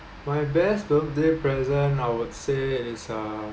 my best birthday present I would say is uh